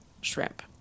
shrimp